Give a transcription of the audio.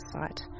site